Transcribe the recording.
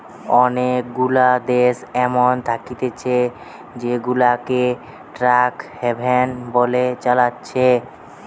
অনেগুলা দেশ এমন থাকতিছে জেগুলাকে ট্যাক্স হ্যাভেন বলে চালাচ্ছে